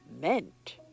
meant